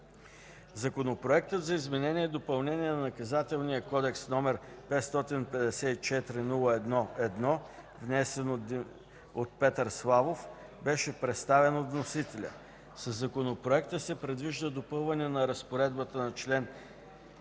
Законопроектът за изменение и допълнение на Наказателния кодекс, № 554-01-1, внесен от Петър Славов, беше представен от вносителя. Със законопроекта се предвижда допълване на разпоредбата на чл. 343,